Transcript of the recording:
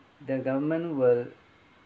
the government will